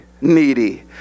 needy